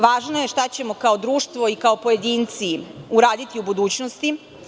Važno je šta ćemo kao društvo i kao pojedinci uraditi u budućnosti.